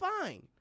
fine